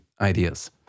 ideas